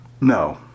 No